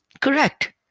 correct